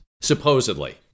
supposedly